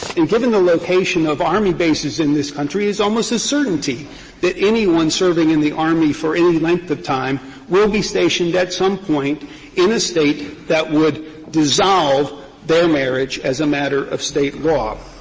and given the location of army bases in this country, it's almost a certainty that anyone serving in the army for any length of time will be stationed at some point in a state that would dissolve their marriage as a matter of state law.